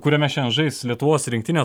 kuriame šiandien žais lietuvos rinktinė